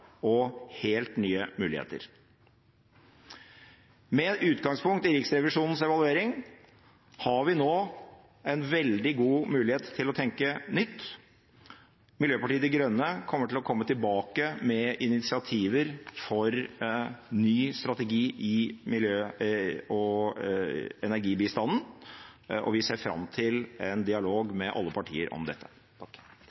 og helt nye muligheter. Med utgangspunkt i Riksrevisjonens evaluering har vi nå en veldig god mulighet til å tenke nytt. Miljøpartiet De Grønne kommer til å komme tilbake med initiativer for ny strategi i miljø- og energibistanden, og vi ser fram til en dialog med alle partier om dette.